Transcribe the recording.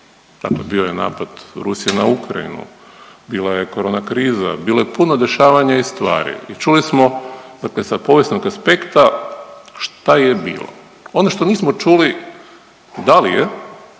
Dakle bio je napad Rusije na Ukrajinu, bila je korona kriza, bilo je puno dešavanja i stvari i čuli smo dakle sa povijesnog aspekta šta je bilo. Ono što nismo čuli da li je